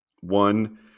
one